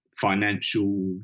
financial